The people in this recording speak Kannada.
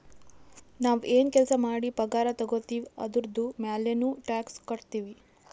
ನಾವ್ ಎನ್ ಕೆಲ್ಸಾ ಮಾಡಿ ಪಗಾರ ತಗೋತಿವ್ ಅದುರ್ದು ಮ್ಯಾಲನೂ ಟ್ಯಾಕ್ಸ್ ಕಟ್ಟತ್ತಿವ್